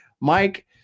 Mike